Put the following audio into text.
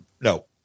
No